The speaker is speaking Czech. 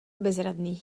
bezradný